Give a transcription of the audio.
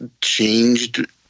changed